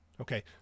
Okay